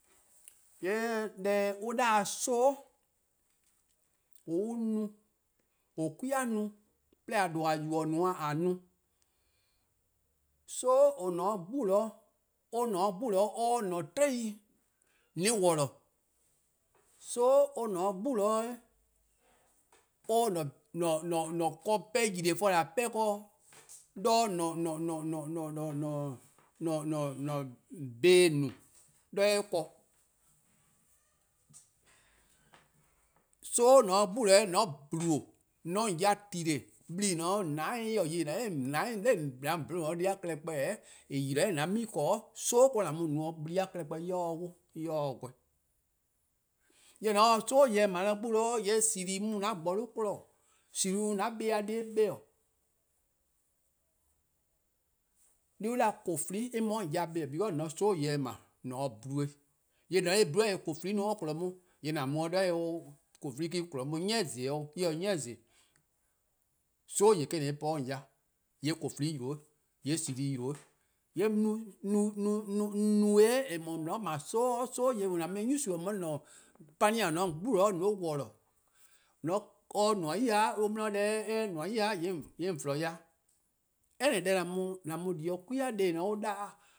:Yee' deh an 'da-dih-a sobo', an no-a, :or 'kwi-a no-a', 'da :a :due' :a yubo no-a :a no, sobo' :or :ne-a 'de 'gbu, or :ne 'de 'gbu 'weh :on 'ye an-a' 'tiei' worlor:, sobo' or :ne 'de 'gbu 'weh, or 'ye 'an-a'a: ken 'pehn-yli-eh: an 'pehn-a ken 'de :an-a'a: bhee :on no-a 'do eh ken, sobo' :ne 'de 'gbu 'weh :mor :on taa-a :dle :on 'ye or ya-dih tli :vlehehn' :eh :ne-a 'de :on :dou'+-: 'de :on :bhluun'-dih-a klehkpeh-:, :eh :yi-di-a 'nor an 'mi ken, sobo' or-: :an mu no :vlehehn'-a klehkpeh en 'ye 'o dih 'wluh en 'ye 'o dih :gweh. :yee' :mor :on se sobo' deh 'ble 'de 'gbu :yee' :sleen:-a mu an :gborluh' :kpon, :sleen:-a mu an buh+-dih kpa-a', deh an 'da-dih-a kwla+ en mu :on ya-dih kpa-' because :on se sobo' 'ble :on 'ye :dle. :yee' :mor :on :dle 'de kwla+ 'ye :on kpon, :yee' :mor :on mu 'de 'zorn :yee' :on 'de kwla+ kpon 'on 'o 'ni zon+ 'o, eh :se 'ni, sobo' deh 'o an tli-dih. :yee' kwla'+ yi de, :yee' :sleen: yi de. :yee' no eh, :mor :on 'ble sobo' deh, sobo' :deh :dao :an mu-eh no :on 'ye :an-a'a: 'pani-a :or :ne-a 'de 'gbu :on 'ye-eh worlor:, :mor or 'di deh :nmor 'yi-dih :yee' :on :flon ya dih. Any deh :an mu-a di-', 'kwi-a deh an 'da-dih-a.